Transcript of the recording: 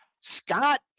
Scott